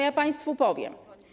Ja państwu powiem.